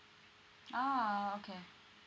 ah okay